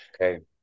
Okay